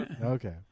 Okay